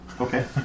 Okay